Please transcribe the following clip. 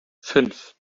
fünf